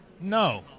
No